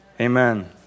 Amen